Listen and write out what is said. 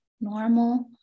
normal